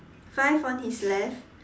five on his left